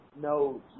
No